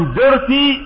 dirty